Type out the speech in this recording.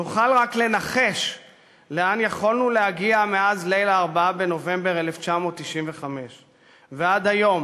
נוכל רק לנחש לאן יכולנו להגיע מאז ליל ה-4 בנובמבר 1995 ועד היום